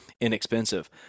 inexpensive